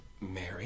Mary